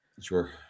Sure